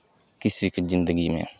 किसी के ज़िन्दगी में